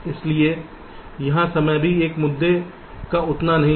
इसलिए यहां समय भी एक मुद्दे का उतना नहीं है